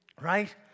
Right